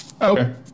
Okay